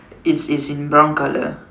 it's it's in brown colour